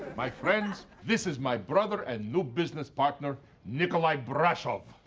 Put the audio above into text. my friends, this is my brother and new business partner nicolae brashov.